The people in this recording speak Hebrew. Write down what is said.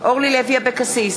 אורלי לוי אבקסיס,